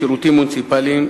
שירותים מוניציפליים,